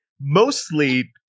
mostly